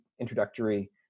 introductory